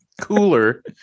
cooler